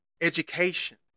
education